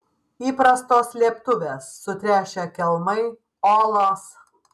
įprastos slėptuvės sutręšę kelmai olos